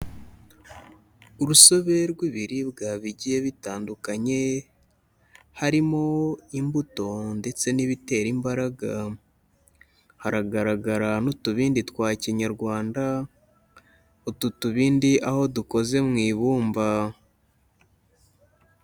Urusobe rw'ibiribwa bigiye bitandukanye, harimo imbuto ndetse n'ibitera imbaraga, haragaragara n'utubindi twa kinyarwanda, utu tubindi aho dukoze mu ibumba.